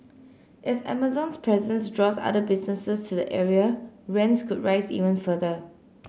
if Amazon's presence draws other businesses to the area rents could rise even further